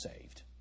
saved